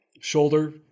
Shoulder